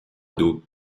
dos